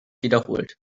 wiederholt